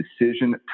decision